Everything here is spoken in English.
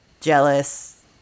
jealous